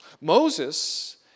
Moses